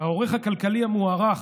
העורך הכלכלי המוערך